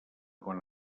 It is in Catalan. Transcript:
quan